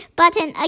button